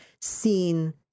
seen